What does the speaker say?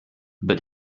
but